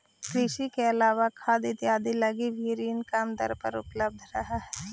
कृषि के अलावा खाद इत्यादि लगी भी ऋण कम दर पर उपलब्ध रहऽ हइ